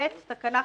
"(ב) תקנה 583א(ב)